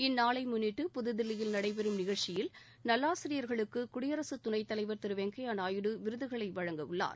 இந்நாளை முன்னிட்டு புதில்லியில் நடைபெறும் நிகழ்ச்சியில் நல்லாசிரியர்களுக்கு குயடிரசுத் துணைத்தலைவர் திரு வெங்கையா நாயுடு விருதுகளை வழங்க உள்ளார்